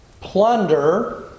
plunder